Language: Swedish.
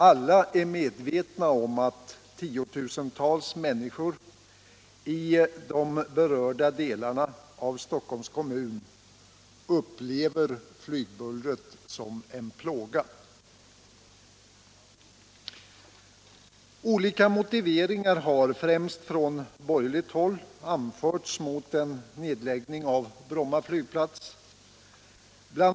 Alla är medvetna om att tiotusentals människor i de berörda delarna av Stockholms kommun upplever flygbullret som en plåga. Olika motiveringar har anförts, främst från borgerligt håll, mot en nedläggning av Bromma flygplats. Bl.